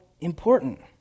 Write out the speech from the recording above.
important